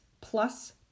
plus